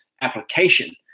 application